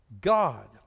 God